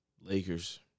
Lakers